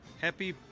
happy